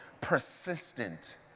persistent